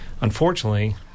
unfortunately